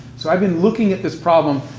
so i've been looking at this problem,